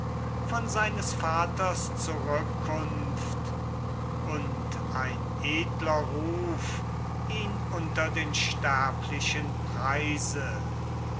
von seines vaters zurückkunft und ein edler ruf ihn unter den sterblichen preise